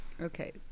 Okay